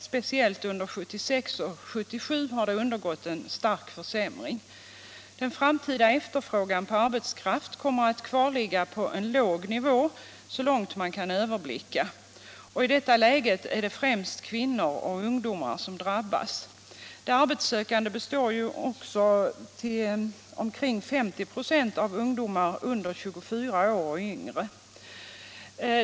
Speciellt under 1976 och 1977 har det undergått en stark försämring. Den framtida efterfrågan på arbetskraft kommer att kvarligga på en låg nivå så långt man kan överblicka. I detta läge är det främst kvinnor och ungdomar som drabbas. De arbetssökande består också till omkring 50 96 av ungdomar i åldern 24 år och yngre.